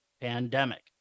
pandemic